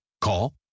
Call